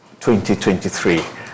2023